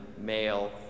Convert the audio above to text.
male